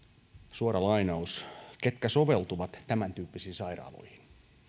ketkä soveltuvat tämäntyyppisiin sairaaloihin